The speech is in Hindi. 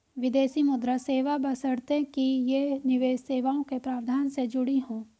विदेशी मुद्रा सेवा बशर्ते कि ये निवेश सेवाओं के प्रावधान से जुड़ी हों